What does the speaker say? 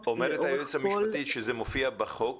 --- אומרת היועצת המשפטית שזה מופיע בחוק.